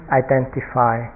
identify